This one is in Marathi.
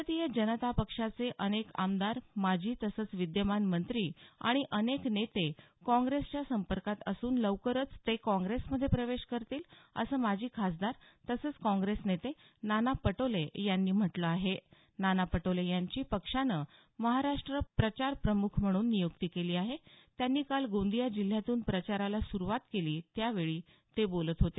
भारतीय जनता पक्षाचे अनेक आमदार माजी तसंच विद्यमान मंत्री आणि अनेक नेते काँग्रेसच्या संपर्कात असून लवकरच ते काँग्रेस मध्ये प्रवेश करतील असं माजी खासदार तसंच काँग्रेस नेते नाना पटोले यांनी म्हटलं आहे नाना पटोले याची पक्षानं महाराष्ट्र प्रचार प्रमुख म्हणून नियुक्ती केली आहे त्यांनी काल गोंदिया जिल्ह्यातून प्रचाराला सुरवात केली त्यावेळी ते बोलत होते